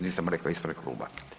Nisam rekao ispred kluba.